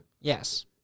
Yes